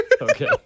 Okay